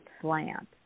slant